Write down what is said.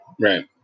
right